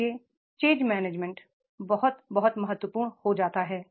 इसलिए change management जो बहुत बहुत महत्वपूर्ण हो जाता है